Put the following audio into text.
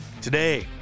today